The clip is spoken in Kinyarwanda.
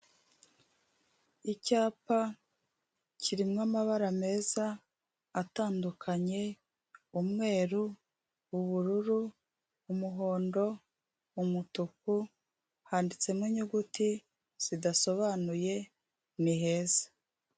Icyapa kirimo amabara meza atandukanye umweru, ubururu, umuhondo, umutuku handitsemo inyuguti zidasobanuye ni heza.